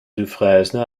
dufresne